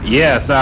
yes